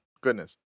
goodness